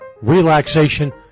Relaxation